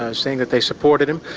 ah saying that they supported him.